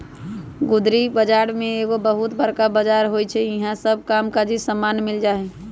गुदरी बजार में एगो बहुत बरका बजार होइ छइ जहा सब काम काजी समान मिल जाइ छइ